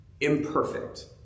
imperfect